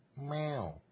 Meow